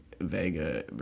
Vega